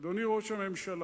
אדוני ראש הממשלה,